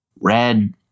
red